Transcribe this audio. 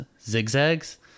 zigzags